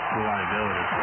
reliability